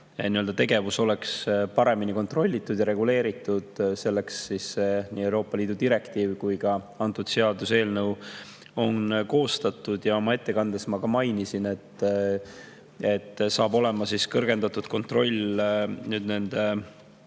tegevus oleks paremini kontrollitud ja reguleeritud, on nii Euroopa Liidu direktiiv kui ka antud seaduseelnõu koostatud. Oma ettekandes ma ka mainisin, et saab olema kõrgendatud kontroll